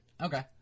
Okay